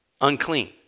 Unclean